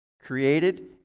created